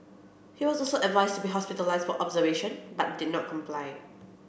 he was also advised to be hospitalised for observation but did not comply